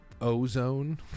ozone